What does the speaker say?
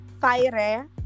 Fire